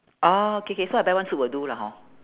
orh K K so I buy one suit will do lah hor